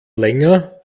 länger